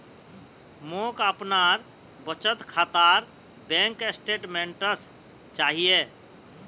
मोक अपनार बचत खातार बैंक स्टेटमेंट्स चाहिए